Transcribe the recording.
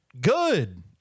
good